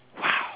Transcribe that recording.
!wow!